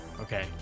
Okay